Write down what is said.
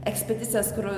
ekspedicijas kur